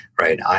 right